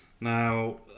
Now